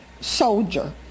soldier